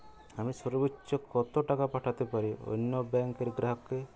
আমি সর্বোচ্চ কতো টাকা পাঠাতে পারি অন্য ব্যাংক র গ্রাহক কে?